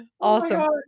awesome